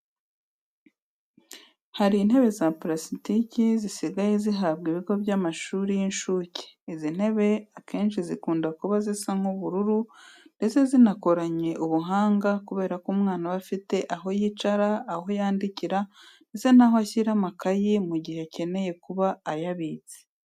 Hari intebe za parasitike zisigaye zihabwa ibigo by'amashuri y'inshuke. Izi ntebe akenshi zikunda kuba zisa nk'ubururu ndetse zinakoranye ubuhanga kubera ko umwana aba afite aho yicara, aho yandikira ndetse n'aho ashyira amakayi mu gihe akeneye kuba ayabitse.